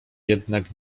jednak